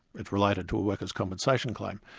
it related to a workers compensation claim,